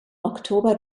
oktober